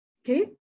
okay